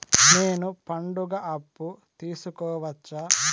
నేను పండుగ అప్పు తీసుకోవచ్చా?